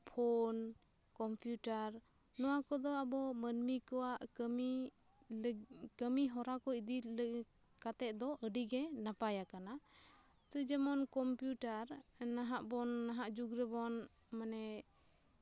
phone computer ᱱᱚᱣᱟ ᱠᱚᱫᱚ ᱟᱵᱚ ᱢᱟ ᱱᱢᱤ ᱠᱚᱣᱟᱜ ᱠᱟ ᱢᱤ ᱞᱟᱹᱜᱤ ᱠᱟ ᱢᱤ ᱦᱚᱨᱟ ᱠᱚ ᱤᱫᱤ ᱠᱟᱛᱮᱜ ᱫᱚ ᱟᱹᱰᱤᱜᱮ ᱱᱟᱯᱟᱭ ᱟᱠᱟᱱᱟ ᱛᱚ ᱡᱮᱢᱚᱱ ᱠᱚᱢᱯᱤᱭᱩᱴᱟᱨ ᱱᱟᱦᱟᱜ ᱵᱚᱱ ᱱᱟᱦᱟᱜ ᱡᱩᱜᱽ ᱨᱮᱵᱚᱱ ᱢᱟᱱᱮ